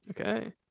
Okay